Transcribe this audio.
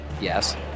Yes